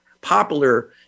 popular